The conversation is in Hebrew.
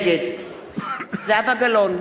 נגד זהבה גלאון,